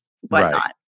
whatnot